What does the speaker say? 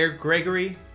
Gregory